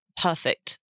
perfect